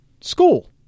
school